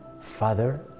father